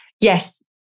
Yes